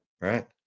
right